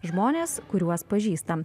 žmonės kuriuos pažįstam